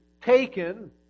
taken